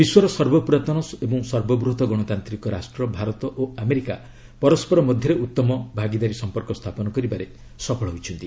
ବିଶ୍ୱର ସର୍ବପୁରାତନ ଏବଂ ସର୍ବବୃହତ ଗଣତାନ୍ତ୍ରିକ ରାଷ୍ଟ୍ର ଭାରତ ଓ ଆମେରିକା ପରସ୍କର ମଧ୍ୟରେ ଉତ୍ତମ ଭାଗିଦାରୀ ସମ୍ପର୍କ ସ୍ଥାପନ କରିବାରେ ସଫଳ ହୋଇଛନ୍ତି